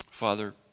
Father